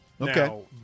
Okay